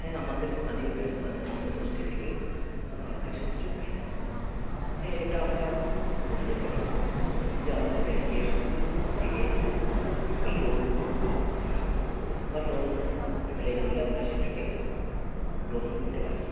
হ্যাঁ আমাদের স্থানীয় ব্যাঙ্ক বা ধর্মীয় গোষ্ঠী থেকে কোনো আর্থিক সাহায্য পাই না হ্যাঁ এটা আমরা বলতে পারি যে আমাদের ব্যাঙ্কের থেকে একটা লোন পাই বা লোন অ্যাপ্লাই করলে আমরা সেটাকে গ্রহণ করতে পারি